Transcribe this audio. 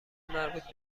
مربوط